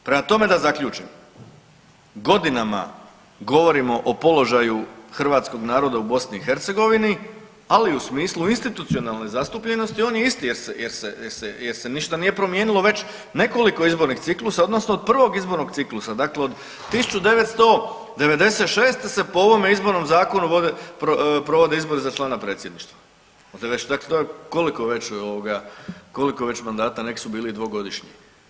Prema tome, da zaključim, godinama govorimo o položaju hrvatskog naroda u BiH, ali u smislu institucionalne zastupljenosti on je isti jer se ništa nije promijenilo već nekoliko izbornih ciklusa odnosno od prvog izbornog ciklusa, dakle od 1996. se po ovom izbornom zakonu provode izbori za člana predsjedništva, dakle koliko već mandata neki su bili i dvogodišnji.